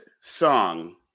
song